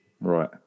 Right